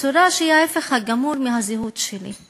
בצורה שהיא ההפך הגמור מהזהות שלי,